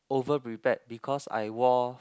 over prepared because I wore